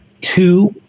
Two